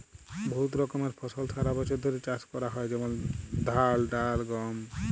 বহুত রকমের ফসল সারা বছর ধ্যরে চাষ ক্যরা হয় যেমল ধাল, ডাল, গম